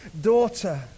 daughter